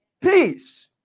peace